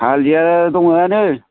Haldia दङआनो